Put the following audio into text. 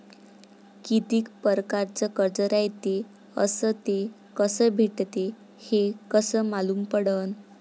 कितीक परकारचं कर्ज रायते अस ते कस भेटते, हे कस मालूम पडनं?